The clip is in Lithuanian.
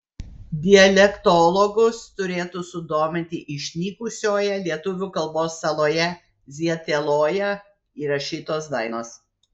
dialektologus turėtų sudominti išnykusioje lietuvių kalbos saloje zieteloje įrašytos dainos